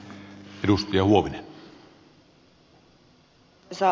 arvoisa puhemies